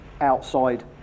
outside